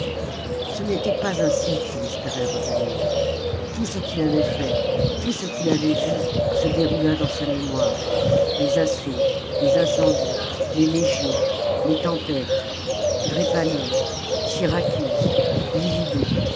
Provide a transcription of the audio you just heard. ce n'était pas ainsi qu'il espérait revenir tout ce qu'il avait fait tout ce qu'il avait vu se déroula dans sa mémoire les assauts les incendies les légions les tempêtes drepanum syracuse